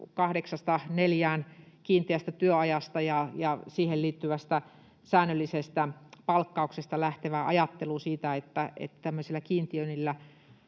kiinteästä työajasta ja siihen liittyvästä säännöllisestä palkkauksesta lähtevä ajattelu siitä, että tämmöisillä kiintiöinneillä